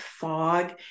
fog